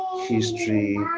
history